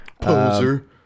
Poser